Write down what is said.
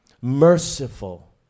merciful